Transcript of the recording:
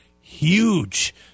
huge